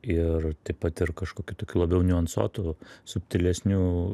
ir taip pat ir kažkokiu tokiu labiau niuansuotų subtilesnių